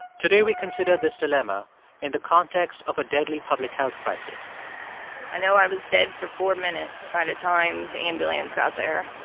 today, we consider this dilemma in the context of a deadly public health crisis i know i was dead for four minutes by the time the ambulance got there,